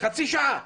חצי שעה,